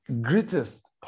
greatest